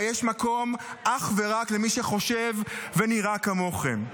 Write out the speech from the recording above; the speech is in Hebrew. שבה יש מקום אך ורק למי שחושב ונראה כמוכם.